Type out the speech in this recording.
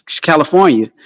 California